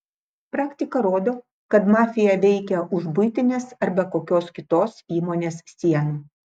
praktika rodo kad mafija veikia už buitinės arba kokios kitos įmonės sienų